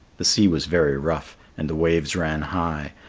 the sea was very rough, and the waves ran high,